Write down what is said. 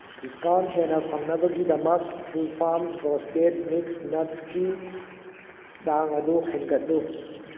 discount ꯍꯦꯟꯅ ꯐꯪꯅꯕꯒꯤꯗꯃꯛ ꯇ꯭ꯔꯨꯐꯥꯝ ꯔꯣꯁꯇꯦꯠ ꯃꯤꯛꯁ ꯅꯠꯁꯀꯤ ꯆꯥꯡ ꯑꯗꯨ ꯍꯦꯟꯒꯠꯂꯨ